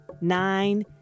nine